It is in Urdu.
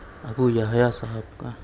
ابو یحیٰ صاحب کا